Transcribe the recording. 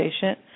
patient